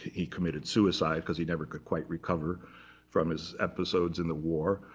he committed suicide because he never could quite recover from his episodes in the war.